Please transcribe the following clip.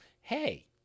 hey